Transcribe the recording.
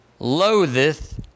loatheth